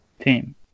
team